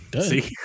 See